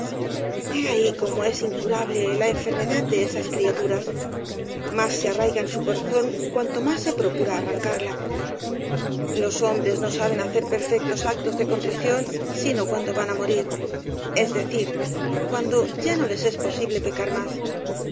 ahí cómo es incurable la enfermedad de esas criaturas más se arraiga en su corazón cuanto más se procura arrancarla los hombres no saben hacer perfectos actos de contrición sino cuando van á morir es decir cuando ya no les es posible pecar más